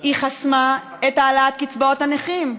היא חסמה את העלאת קצבאות הנכים,